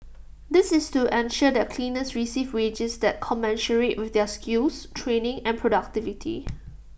this is to ensure that cleaners receive wages that commensurate with their skills training and productivity